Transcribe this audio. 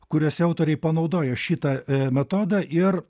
kuriuose autoriai panaudojo šitą metodą ir